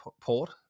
Port